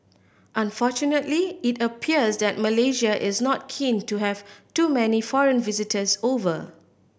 unfortunately it appears that Malaysia is not keen to have too many foreign visitors over